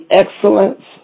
excellence